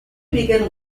begin